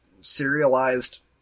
serialized